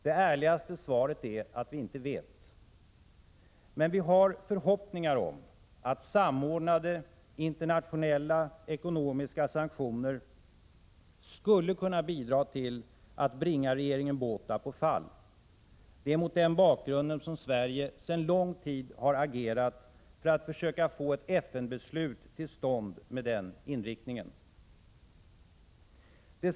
Det ärligaste svaret är att vi inte vet. Men vi har förhoppningar om att samordnade internationella ekonomiska sanktioner skulle kunna bidra till att bringa regeringen Botha på fall. Det är mot den bakgrunden som Sverige sedan lång tid har agerat för att försöka få till stånd ett FN-beslut med den inriktningen.